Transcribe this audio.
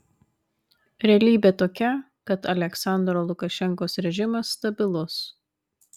realybė tokia kad aliaksandro lukašenkos režimas stabilus